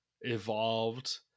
evolved